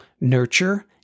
nurture